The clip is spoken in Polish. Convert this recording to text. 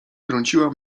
trąciła